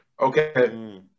Okay